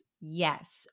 Yes